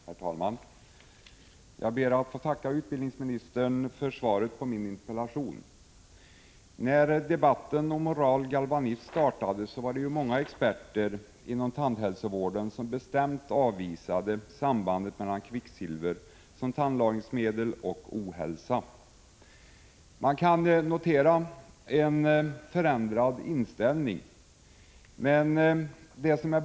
Herr talman! Jag ber att få tacka utbildningsministern för svaret på min interpellation. När debatten om oral galvanism startade var det många experter inom tandhälsovården som bestämt avvisade sambandet mellan kvicksilver som tandlagningsmedel och ohälsa. Man kan notera en förändrad inställning.